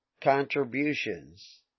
contributions